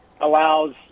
allows